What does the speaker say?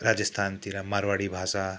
राजस्थानतिर माडवारी भाषा